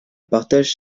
partage